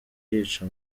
yica